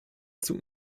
zug